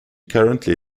currently